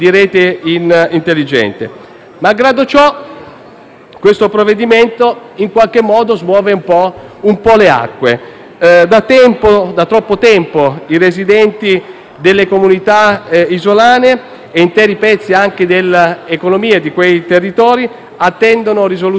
Malgrado ciò, questo provvedimento in qualche modo smuove un po' le acque. Da troppo tempo i residenti delle comunità isolane e anche interi pezzi delle economie di quei territori attendono risoluzione ai loro problemi.